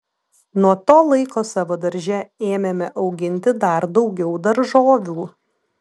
nuo to laiko savo darže ėmėme auginti dar daugiau daržovių